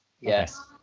Yes